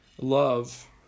love